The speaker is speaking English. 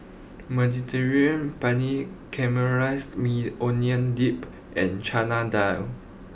Mediterranean Penne Caramelized Maui Onion Dip and Chana Dal